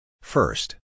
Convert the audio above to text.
First